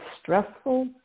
stressful